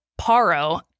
Paro